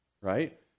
right